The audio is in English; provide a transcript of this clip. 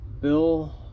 Bill